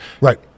Right